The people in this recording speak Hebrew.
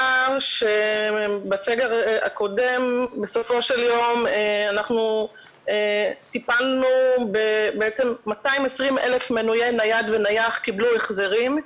בסגר הקודם טיפלנו ב-220,000 מנויי נייד ונייח שקיבלו החזרים.